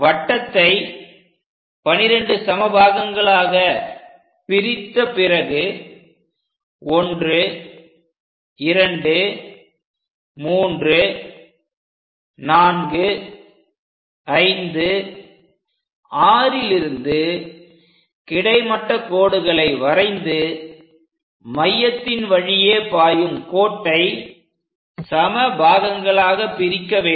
வட்டத்தை 12 சம பாகங்களாக பிரித்த பிறகு 1 2 3 4 5 6லிருந்து கிடைமட்ட கோடுகளை வரைந்து மையத்தின் வழியே பாயும் கோட்டை சம பாகங்களாகப் பிரிக்க வேண்டும்